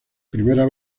primera